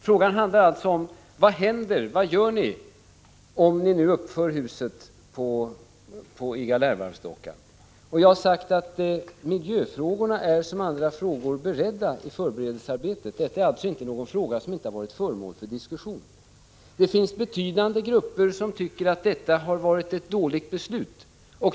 Frågan handlar alltså om vad som händer: Vad gör ni för att skydda miljön om ni uppför huset i Galärvarvsdockan? Jag har sagt att miljöfrågorna är som andra frågor beredda i förberedelsearbetet. Detta är alltså inte någon fråga som inte har varit föremål för diskussion. Det finns betydande grupper som tycker att det har fattats ett dåligt beslut.